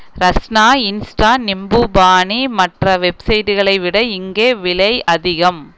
Rasna insta nimbu pani மற்ற வெப்சைட்டுகளை விட இங்கே விலை அதிகம்